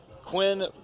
Quinn